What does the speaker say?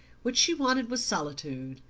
what she wanted was solitude,